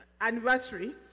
anniversary